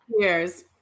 Cheers